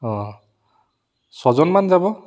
অঁ ছয়জনমান যাব